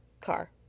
car